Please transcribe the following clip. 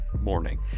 morning